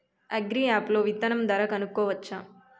Agri app లో విత్తనం ధర కనుకోవచ్చా?